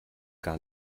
gar